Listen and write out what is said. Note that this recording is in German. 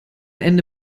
ende